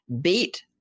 beat